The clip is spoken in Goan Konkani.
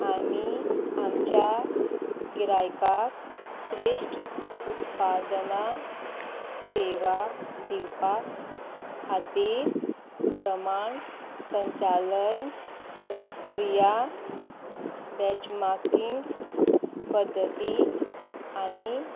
आमी आमच्या गिरायकाक श्रेश्ठ उत्पादनां सेवा दिवपा खातीर प्रमाण संचालय प्रक्रिया बॅंचमार्कींग पद्दती आनी